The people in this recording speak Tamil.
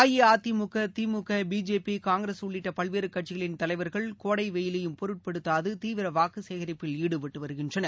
அஇஅதிமுக திமுக பிஜேபி காங்கிரஸ் உள்ளிட்ட பல்வேறு கட்சிகளின் தலைவர்கள் கோடை வெயிலையும் பொருட்படுத்தாது தீவிர வாக்கு சேகரிப்பில் ஈடுபட்டு வருகின்றனர்